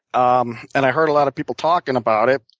um and i heard a lot of people talking about it.